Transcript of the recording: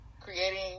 creating